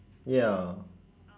ya